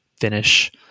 finish